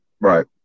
Right